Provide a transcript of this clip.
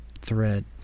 thread